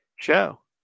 show